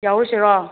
ꯌꯥꯎꯔꯨꯁꯤꯔꯣ